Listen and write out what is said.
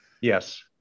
Yes